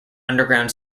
underground